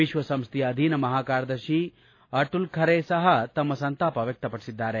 ವಿಕ್ಷಸಂಸ್ಲೆಯ ಅಧೀನ ಮಹಾಕಾರ್ಯದರ್ಶಿ ಅಟುಲ್ ಖರೆ ಸಹ ತಮ್ನ ಸಂತಾಪ ವ್ವಕಪಡಿಸಿದ್ಗಾರೆ